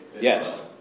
yes